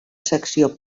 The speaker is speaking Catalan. secció